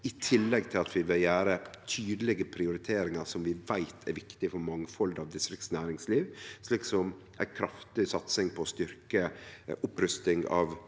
i tillegg til at vi vil gjere tydelege prioriteringar som vi veit er viktige for mangfaldet av distriktsnæringslivet, slik som ei kraftig satsing på å styrkje opprustinga av